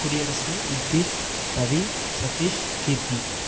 குடியரசு நித்தீஷ் ரவி சத்தீஷ் கீர்த்தி